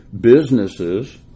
businesses